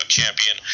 champion